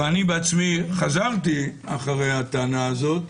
ואני בעצמי חזרתי אחרי הטענה הזאת: